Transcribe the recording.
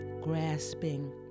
grasping